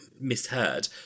misheard